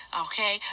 Okay